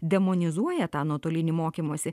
demonizuoja tą nuotolinį mokymąsi